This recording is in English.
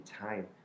time